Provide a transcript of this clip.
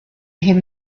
him